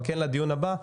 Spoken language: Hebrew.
אבל כן לדיון הבא,